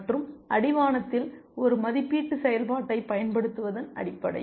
மற்றும் அடிவானத்தில் ஒரு மதிப்பீட்டு செயல்பாட்டைப் பயன்படுத்துவதன் அடிப்படையில்